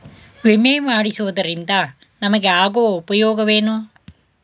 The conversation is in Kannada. ವಿಮೆ ಮಾಡಿಸುವುದರಿಂದ ನಮಗೆ ಆಗುವ ಉಪಯೋಗವೇನು?